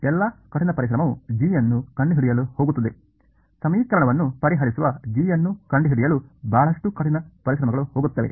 ಆದ್ದರಿಂದ ಎಲ್ಲಾ ಕಠಿಣ ಪರಿಶ್ರಮವು g ಅನ್ನು ಕಂಡುಹಿಡಿಯಲು ಹೋಗುತ್ತದೆ ಸಮೀಕರಣವನ್ನು ಪರಿಹರಿಸುವ g ಯನ್ನು ಕಂಡುಹಿಡಿಯಲು ಬಹಳಷ್ಟು ಕಠಿಣ ಪರಿಶ್ರಮಗಳು ಹೋಗುತ್ತವೆ